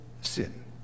sin